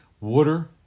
Water